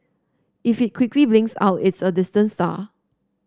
if it quickly blinks out it's a distant star